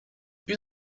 une